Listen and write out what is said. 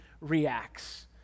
reacts